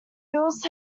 hills